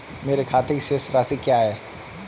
मेरे खाते की शेष राशि क्या है?